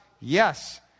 yes